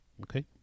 Okay